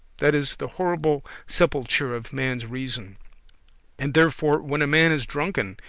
that is the horrible sepulture of man's reason and therefore when a man is drunken,